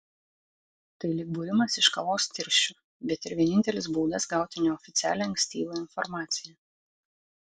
tai lyg būrimas iš kavos tirščių bet ir vienintelis būdas gauti neoficialią ankstyvą informaciją